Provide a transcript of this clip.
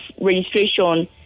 registration